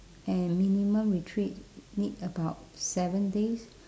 and minimum retreat need about seven days